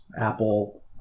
Apple